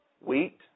Wheat